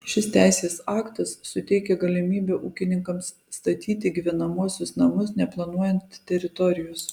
šis teisės aktas suteikia galimybę ūkininkams statyti gyvenamuosius namus neplanuojant teritorijos